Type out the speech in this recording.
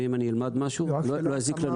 ואם אלמד משהו לא יזיק לנו.